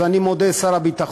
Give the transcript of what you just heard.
אז אני מודה, שר הביטחון,